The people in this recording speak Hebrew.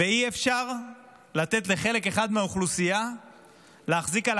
ואי-אפשר לתת לחלק אחד מהאוכלוסייה להחזיק על